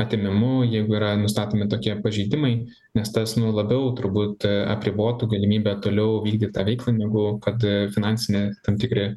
atėmimu jeigu yra nustatomi tokie pažeidimai nes tas nu labiau turbūt apribotų galimybę toliau vykdyt tą veiklą negu kad finansinė tam tikri